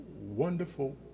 wonderful